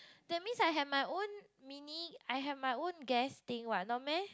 that means I have my own mini I have my own gas thing what no meh